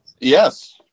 Yes